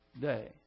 day